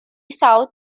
south